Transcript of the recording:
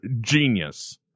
genius